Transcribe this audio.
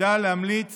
שתפקידה להמליץ